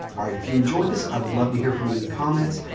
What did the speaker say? all right. if you enjoyed this, i would love to hear from you in the comments.